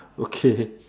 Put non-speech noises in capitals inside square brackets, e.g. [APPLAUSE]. [LAUGHS] okay